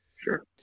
Sure